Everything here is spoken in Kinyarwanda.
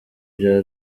vya